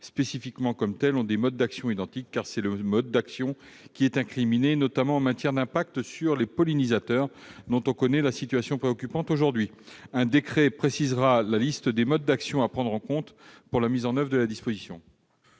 spécifiquement comme néonicotinoïdes, ont des modes d'action identiques, car c'est le mode d'action qui est incriminé, notamment en matière d'impact sur les pollinisateurs, dont on connaît la situation préoccupante aujourd'hui. Un décret précisera la liste des modes d'action à prendre en compte pour la mise en oeuvre de la disposition.